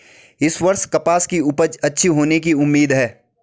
इस वर्ष कपास की उपज अच्छी होने की उम्मीद है